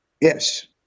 yes